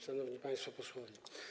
Szanowni Państwo Posłowie!